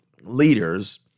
leaders